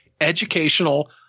educational